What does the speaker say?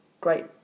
great